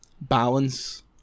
Balance